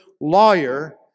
lawyer